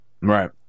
right